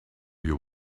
you